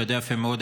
אתה יודע יפה מאוד,